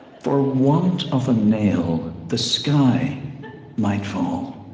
for want of a nail the sky might fall